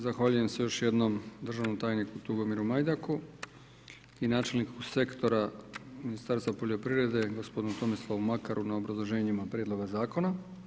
Zahvaljujem se još jednom državnom tajniku Tugomiru Majdaku i načelniku sektora Ministarstva poljoprivrede, gospodinu Tomislavu Makaru na obrazloženjima prijedloga zakona.